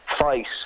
fight